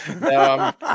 No